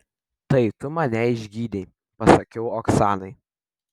tai tu mane išgydei pasakiau oksanai